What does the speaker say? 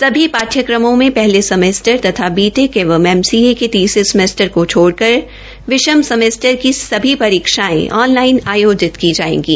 सभी पाठ्यक्रमों में पहले सेमेस्टर तथा बीटेक एवं एमसीए के तीसरे सेमेस्टर को छोडकऱ विषम सेमेस्टर की सभी परीक्षाएं ऑनलाइन आयोजित की जाएंगी